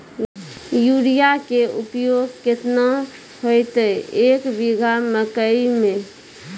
Urea के उपयोग केतना होइतै, एक बीघा मकई मे?